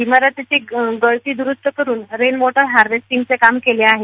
इमारतीची गळती दुरूस्ती करून तिथं रेन वॉटर हार्वेस्टिंगचं काम केलं आहे